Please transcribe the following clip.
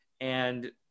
and-